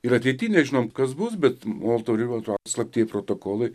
ir ateity nežinom kas bus bet molotovo ribentropo slaptieji protokolai